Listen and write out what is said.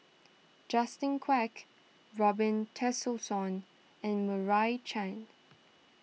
Justin Quek Robin Tessensohn and Meira Chand